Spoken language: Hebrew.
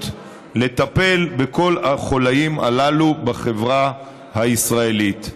לטפל בכל החוליים הללו בחברה הישראלית.